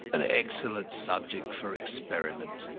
an excellent subject for experiment.